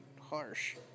harsh